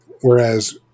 whereas